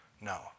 No